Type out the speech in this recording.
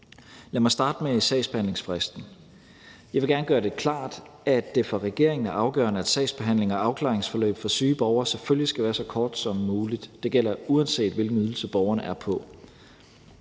Lad mig starte med sagsbehandlingsfristen. Jeg vil gerne gøre det klart, at det for regeringen er afgørende, at sagsbehandling og afklaringsforløb for syge borgere selvfølgelig skal være så kort som muligt. Det gælder, uanset hvilken ydelse borgeren er på.